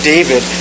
David